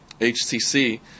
HTC